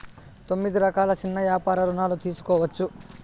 తొమ్మిది రకాల సిన్న యాపార రుణాలు తీసుకోవచ్చు